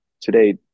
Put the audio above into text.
today